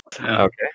Okay